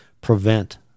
prevent